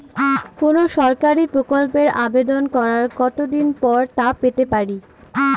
কোনো সরকারি প্রকল্পের আবেদন করার কত দিন পর তা পেতে পারি?